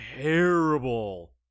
terrible